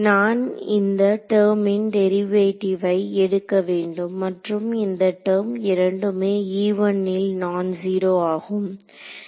நான் இந்த டெர்மின் டெரிவேட்டிவை எடுக்க வேண்டும் மற்றும் இந்த டெர்ம் இரண்டுமே ல் நான் ஜீரோ ஆகும்